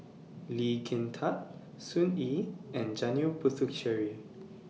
Lee Kin Tat Sun Yee and Janil Puthucheary